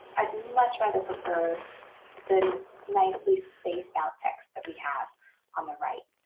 i'd much rather prefer the nicely spaced-out text that we have on the right.